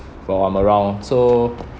while I'm around so